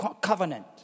covenant